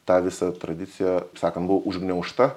ta visa tradiciją taip sakant buvo užgniaužta